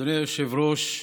אדוני היושב-ראש,